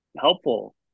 helpful